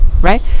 right